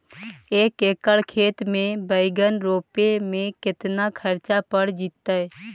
एक एकड़ खेत में बैंगन रोपे में केतना ख़र्चा पड़ जितै?